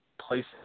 places